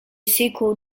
sequel